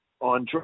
on